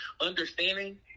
understanding